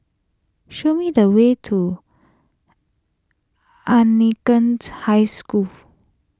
show me the way to Anglicans High School